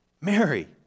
Mary